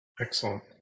Excellent